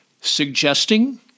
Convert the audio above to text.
Suggesting